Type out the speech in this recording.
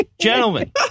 Gentlemen